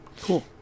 Cool